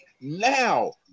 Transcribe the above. now